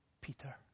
Peter